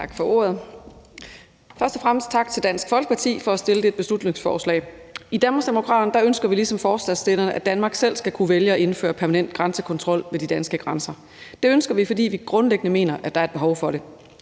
Tak for ordet. Først og fremmest tak til Dansk Folkeparti for at fremsætte beslutningsforslaget. I Danmarksdemokraterne ønsker vi ligesom forslagsstillerne, at Danmark selv skal kunne vælge at indføre permanent grænsekontrol ved de danske grænser. Det ønsker vi, fordi vi grundlæggende mener, at der er et behov for det.